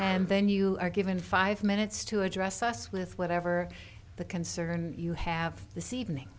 and then you are given five minutes to address us with whatever the concern you have the see evening